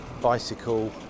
bicycle